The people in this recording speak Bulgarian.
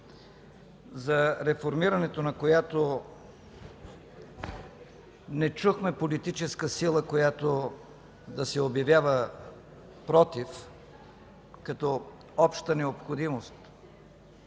за реформирането на която не чухме политическа сила, която да се обявява против като обща необходимост,